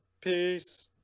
peace